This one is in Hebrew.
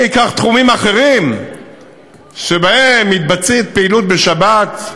אני אקח תחומים אחרים שבהם יש פעילות בשבת,